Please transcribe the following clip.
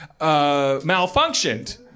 malfunctioned